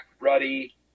Ruddy